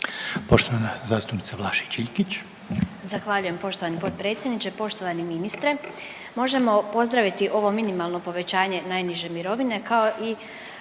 Poštovana zastupnica Vlašić Iljkić.